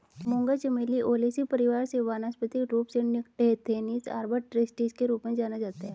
मूंगा चमेली ओलेसी परिवार से वानस्पतिक रूप से निक्टेन्थिस आर्बर ट्रिस्टिस के रूप में जाना जाता है